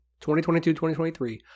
2022-2023